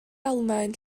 almaen